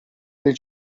del